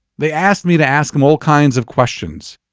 they asked me to ask him all kinds of questions.